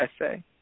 essay